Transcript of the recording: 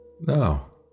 No